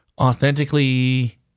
authentically